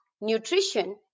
nutrition